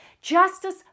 Justice